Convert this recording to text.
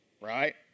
right